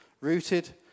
rooted